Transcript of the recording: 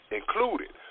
included